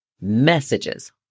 messages